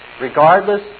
regardless